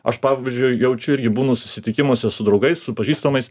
aš pavyzdžiui jaučiu irgi būnu susitikimuose su draugais su pažįstamais